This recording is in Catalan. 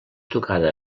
tocada